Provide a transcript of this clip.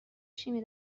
شیمی